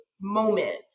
moment